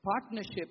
partnership